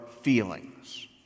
feelings